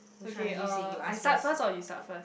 okay uh I start first or you start first